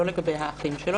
לא לגבי האחים שלו.